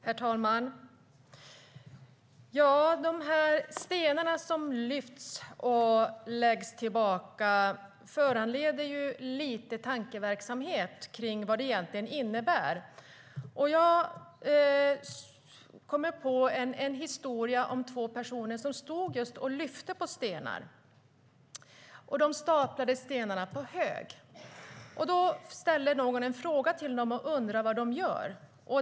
Herr talman! De stenar som lyfts och läggs tillbaka föranleder lite tankeverksamhet kring vad det egentligen innebär. Jag kommer att tänka på en historia om två personer som stod och lyfte stenar som de sedan staplade på hög. Någon ställde en fråga till dem om vad de gjorde.